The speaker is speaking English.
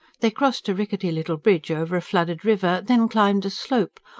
they crossed a rickety little bridge over a flooded river then climbed a slope,